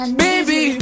baby